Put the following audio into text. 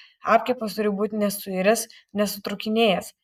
apkepas turi būti nesuiręs nesutrūkinėjęs